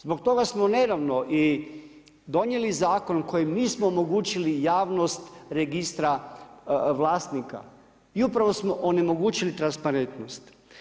Zbog toga smo nedavno i donijeli zakon koji nismo omogućili javnost registra vlasnika i upravo smo onemogućili transparentnost.